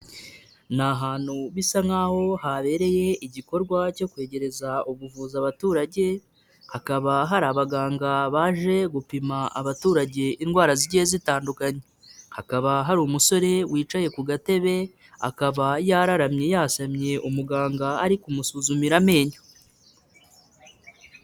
Ni ahantu bisa nk'aho habereye igikorwa cyo kwegereza ubuvuzi abaturage, hakaba hari abaganga baje gupima abaturage indwara zigiye zitandukanye, hakaba hari umusore wicaye ku gatebe akaba yararamye yasamye umuganga ari kumusuzumira amenyo.